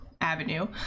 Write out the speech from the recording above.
avenue